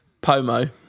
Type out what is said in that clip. Pomo